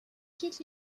quitte